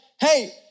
hey